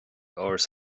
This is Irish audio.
áras